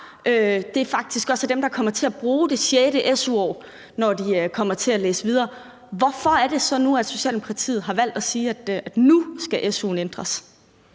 hjemmefra, faktisk også er dem, der kommer til at bruge det sjette su-år, når de kommer til at læse videre, hvorfor er det så, at Socialdemokratiet har valgt at sige, at su-loven nu skal ændres?